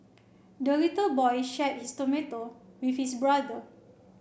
the little boy shared his tomato with his brother